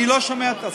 אני לא שומע את עצמי.